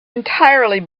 entirely